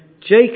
Jacob